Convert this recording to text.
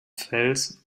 fels